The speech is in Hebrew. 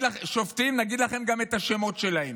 נגיד לכם גם את השמות שלהם.